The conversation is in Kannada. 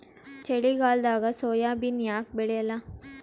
ಚಳಿಗಾಲದಾಗ ಸೋಯಾಬಿನ ಯಾಕ ಬೆಳ್ಯಾಲ?